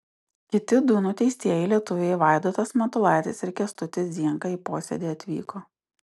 kiti du nuteistieji lietuviai vaidotas matulaitis ir kęstutis zienka į posėdį atvyko